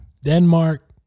Denmark